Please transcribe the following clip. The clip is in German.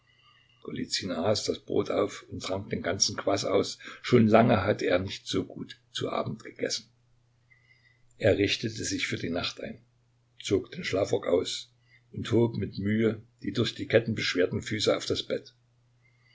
das brot auf und trank den ganzen kwas aus schon lange hatte er nicht so gut zu abend gegessen er richtete sich für die nacht ein zog den schlafrock aus und hob mit mühe die durch die ketten beschwerten füße auf das bett